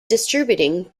distributing